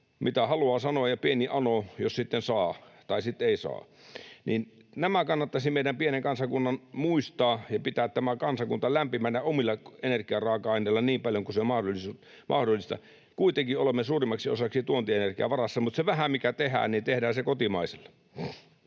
mitä haluaa, ja pieni anoo, jos sitten saa. Tai sitten ei saa. Nämä kannattaisi meidän pienen kansakunnan muistaa ja pitää tämä kansakunta lämpimänä omilla energiaraaka-aineilla niin paljon kuin se on mahdollista. Kuitenkin olemme suurimmaksi osaksi tuontienergian varassa, mutta tehdään se vähä, mikä tehdään, kotimaisilla.